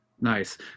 Nice